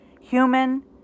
human